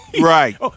Right